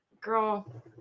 Girl